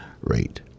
rate